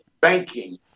banking